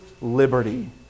liberty